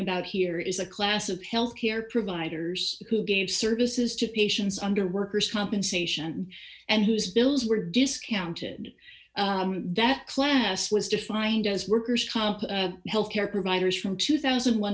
about here is a class of health care providers who gave services to patients under workers compensation and whose bills were discounted that class was defined as workers comp health care providers from two thousand